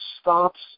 stops